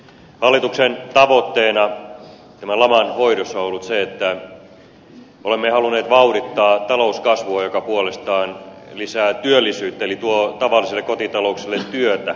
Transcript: hallituksen tavoitteena tämän laman hoidossa on ollut se että olemme halunneet vauhdittaa talouskasvua joka puolestaan lisää työllisyyttä eli tuo tavallisille kotitalouksille työtä